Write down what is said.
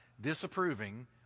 disapproving